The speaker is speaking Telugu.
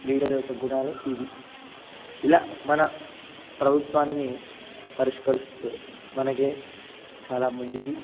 లీడర్ యొక్క గుణాలు ఇవి ఇలా మన ప్రభుత్వాన్ని పరిష్కరిస్తుంది మనకే చాలా మంచిది